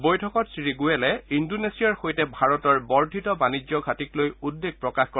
বৈঠকত শ্ৰীগোৱেলে ইন্দোনেছিয়াৰ সৈতে ভাৰতৰ বৰ্ধিত বাণিজ্যি ঘাটিক লৈ উদ্বেগ প্ৰকাশ কৰে